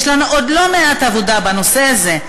יש לנו עוד לא מעט עבודה בנושא הזה,